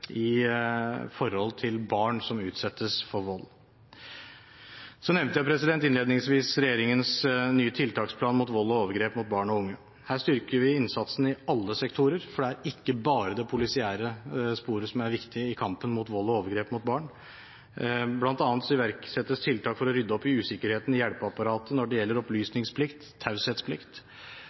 i forbindelse med barn som utsettes for vold. Jeg nevnte innledningsvis regjeringens nye tiltaksplan mot vold og overgrep mot barn og unge. Her styrker vi innsatsen i alle sektorer, for det er ikke bare det polisiære sporet som er viktig i kampen mot vold og overgrep mot barn. Blant annet iverksettes tiltak for å rydde opp i usikkerheten i hjelpeapparatet når det gjelder opplysningsplikt og taushetsplikt.